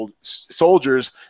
soldiers